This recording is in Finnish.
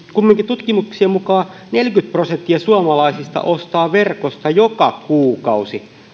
kumminkin tutkimuksien mukaan neljäkymmentä prosenttia suomalaisista ostaa verkosta joka kuukausi